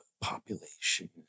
population